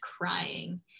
crying